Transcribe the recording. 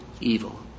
evil